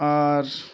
আর